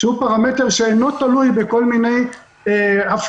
שהוא פרמטר שאינו תלוי בכל מיני הפרעות